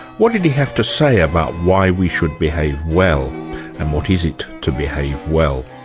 what did he have to say about why we should behave well? and what is it to behave well?